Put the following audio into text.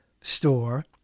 store